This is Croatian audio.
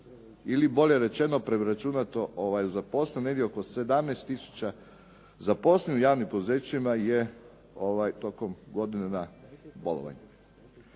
ili bolje rečeno preračunato zaposlenih, negdje oko 17 tisuća zaposlenih u javnim poduzećima je tokom godine na bolovanju.